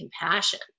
compassion